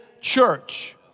church